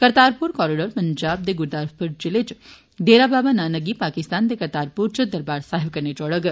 Kartarpur corridor Punjab दे गुरदासपुर जिले च डेरा बाबा नानक गी पाकिस्तान दे करतारपुर च दरबार साहिब कन्नै जोड़ग